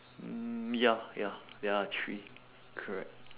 mm ya ya there are three correct